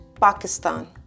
Pakistan